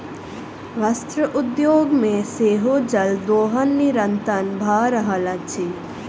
वस्त्र उद्योग मे सेहो जल दोहन निरंतन भ रहल अछि